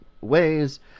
ways